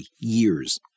years